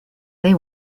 they